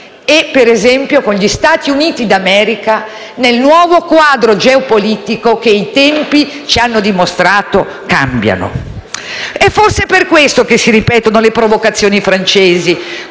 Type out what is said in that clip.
e, per esempio, con gli Stati Uniti d'America nel nuovo quadro geopolitico che - i tempi ci hanno dimostrato - cambia. È forse per questo che si ripetono le provocazioni francesi